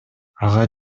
ага